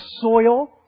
soil